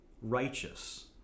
righteous